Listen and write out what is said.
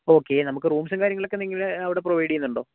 okay നമുക്ക് റൂംസും കാര്യങ്ങളൊക്കെ നിങ്ങൾ അവിടെ പ്രൊവൈഡ് ചെയ്യുന്നുണ്ടോ